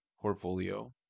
portfolio